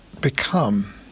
become